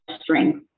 strength